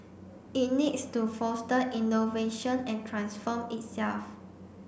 it needs to foster innovation and transform itself